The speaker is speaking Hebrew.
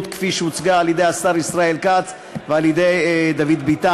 כפי שהוצגה על-ידי השר ישראל כץ ועל-ידי דוד ביטן,